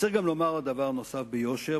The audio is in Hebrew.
צריך גם לומר דבר נוסף ביושר,